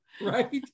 right